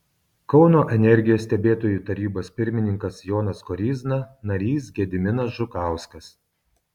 kauno energijos stebėtojų tarybos pirmininkas jonas koryzna narys gediminas žukauskas